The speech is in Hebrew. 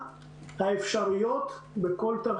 שיוצב בפנינו,